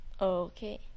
okay